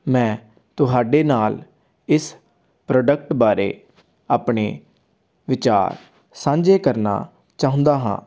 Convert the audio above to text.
ਮੈਂ ਤੁਹਾਡੇ ਨਾਲ ਇਸ ਪ੍ਰੋਡਕਟ ਬਾਰੇ ਆਪਣੇ ਵਿਚਾਰ ਸਾਂਝੇ ਕਰਨਾ ਚਾਹੁੰਦਾ ਹਾਂ